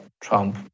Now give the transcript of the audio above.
Trump